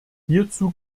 hierzu